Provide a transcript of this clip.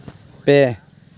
ᱯᱮ